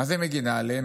מה זה מגינה עליהם?